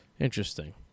Interesting